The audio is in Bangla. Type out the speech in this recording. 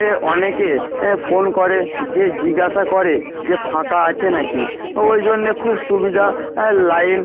এ অনেকে ফোন করে যে জিজ্ঞাসা করে যে ফাঁকা আছে না কি ওই জন্যে খুব সুবিধা লাইন